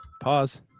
Pause